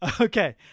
Okay